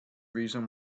reason